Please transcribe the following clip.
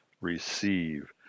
receive